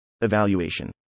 Evaluation